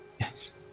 Yes